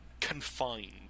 Confined